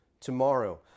tomorrow